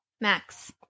Max